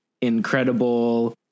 incredible